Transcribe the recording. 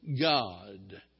God